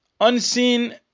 unseen